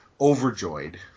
overjoyed